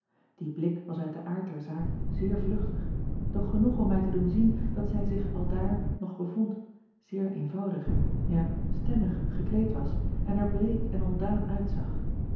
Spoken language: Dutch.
ie blik was uit den aard der zaak zeer vluchtig doch genoeg om mij te doen zien dat zij zich aldaar nog bevond zeer eenvoudig ja stemmig gekleed was en er bleek en ontdaan uitzag